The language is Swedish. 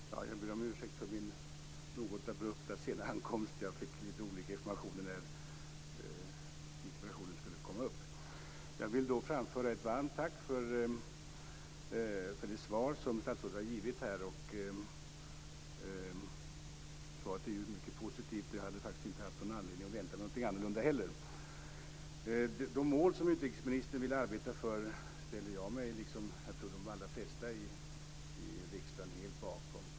Herr talman! Jag ber om ursäkt för min något abrupta och sena ankomst. Jag fick litet olika information om när interpellationen skulle komma upp. Jag vill framföra ett varmt tack för det svar som statsrådet har givit. Svaret är mycket positivt, och jag hade faktiskt inte haft någon anledning att vänta mig något annorlunda heller. De mål som utrikesministern vill arbeta för ställer jag, liksom jag tror de allra flesta i riksdagen, mig helt bakom.